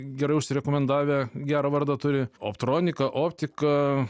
gerai užsirekomendavę gerą vardą turi optronika optika